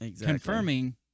confirming